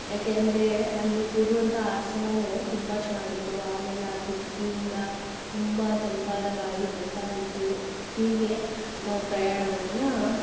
ಯಾಕೆಂದರೆ ಅಲ್ಲಿ ಕೂರುವಂಥ ಆಸನವು ತುಂಬ ಚೆನ್ನಾಗಿತ್ತು ಆಮೇಲೆ ಆ ಕಿಟಕಿಯಿಂದ ತುಂಬ ತಂಪಾದ ಗಾಳಿ ಬರ್ತಾ ಇತ್ತು ಹೀಗೆ ನಾವು ಪ್ರಯಾಣವನ್ನು